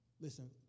listen